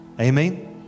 Amen